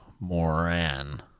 Moran